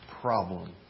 problem